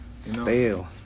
Stale